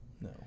No